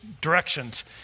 directions